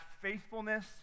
faithfulness